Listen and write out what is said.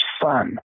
fun